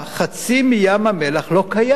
חצי מים-המלח לא קיים.